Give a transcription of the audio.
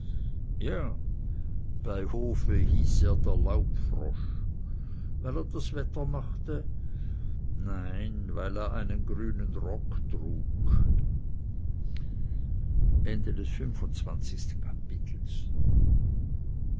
ja bei hofe hieß er der laubfrosch weil er das wetter machte nein weil er einen grünen rock trug